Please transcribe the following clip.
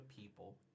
people